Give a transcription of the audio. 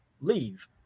leave